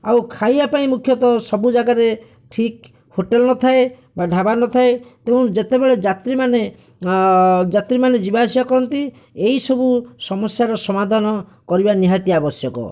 ଆଉ ଖାଇବା ପାଇଁ ମୁଖ୍ୟତଃ ସବୁଯାଗାରେ ଠିକ୍ ହୋଟେଲ ନଥାଏ ବା ଢାବା ନଥାଏ ତେଣୁ ଯେତେବେଳେ ଯାତ୍ରୀମାନେ ଯାତ୍ରୀମାନେ ଯିବାଆସିବା କରନ୍ତି ଏହିସବୁ ସମସ୍ୟାର ସମାଧାନ କରିବା ନିହାତି ଆବଶ୍ୟକ